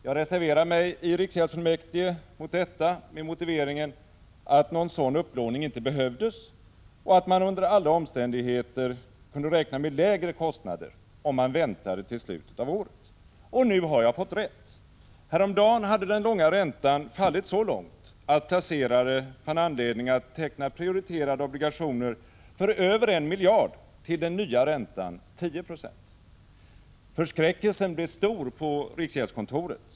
Jag reserverade mig i riksgäldsfullmäktige mot detta, med motiveringen att någon sådan upplåning inte behövdes och att man under alla omständigheter kunde räkna med lägre kostnader om man väntade till slutet av året. Nu har jag fått rätt. Häromdagen hade den långa räntan fallit så mycket att placerare fann anledning att teckna prioriterade obligationer för över 1 miljard till den nya räntan 10 96. Förskräckelsen blev stor på riksgäldskontoret.